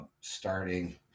starting